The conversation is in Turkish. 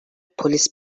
polis